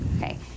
Okay